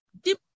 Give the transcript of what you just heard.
Deep